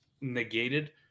negated